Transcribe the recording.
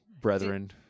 brethren